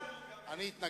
אני התנגדתי.